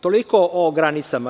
Toliko o granicama.